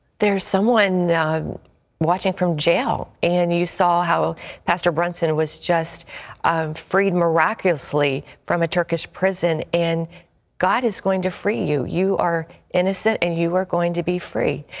there's someone out watching from jail and you saw how pastor brunson was just um freed miraculously from a turkish prison in god is going to free you you are innocent and you are going to be free.